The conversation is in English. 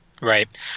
Right